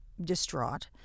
distraught